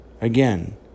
Again